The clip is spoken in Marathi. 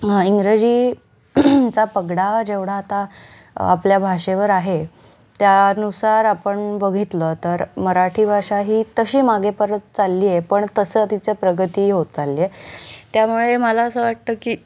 इंग्रजी चा पगडा जेवढा आता आपल्या भाषेवर आहे त्यानुसार आपण बघितलं तर मराठी भाषा ही तशी मागे परत चालली आहे पण तसं तिचं प्रगतीही होत चालली आहे त्यामुळे मला असं वाटतं की